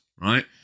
Right